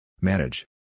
Manage